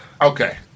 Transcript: Okay